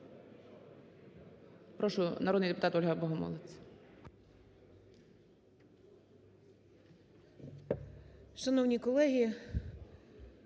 Прошу, народний депутат Ольга Богомолець.